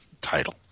title